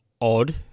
odd